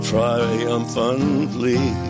Triumphantly